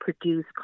produce